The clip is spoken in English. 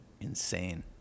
insane